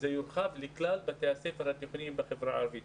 זה יורחב לכלל בתי הספר התיכונים בחברה הערבית.